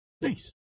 Nice